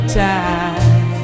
time